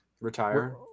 retire